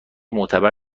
معتبر